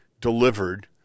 delivered